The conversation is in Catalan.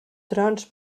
trons